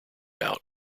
out